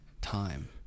time